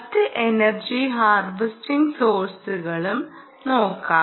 മറ്റ് energy harvesting സോഴ്സുകളും നോക്കാം